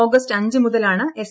August അഞ്ച് മുതലാണ് S